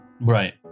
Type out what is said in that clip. Right